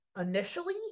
initially